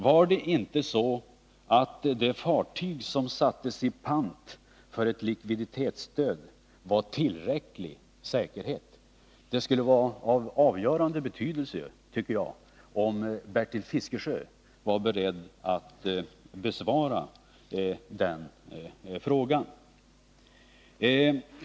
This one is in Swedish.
Var inte det fartyg som sattes i pant för ett likviditetsstöd tillräcklig säkerhet? Det skulle vara av avgörande betydelse, tycker jag, om Bertil Fiskesjö var beredd att besvara de frågorna.